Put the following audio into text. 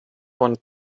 bon